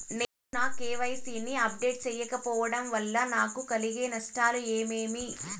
నేను నా కె.వై.సి ని అప్డేట్ సేయకపోవడం వల్ల నాకు కలిగే నష్టాలు ఏమేమీ?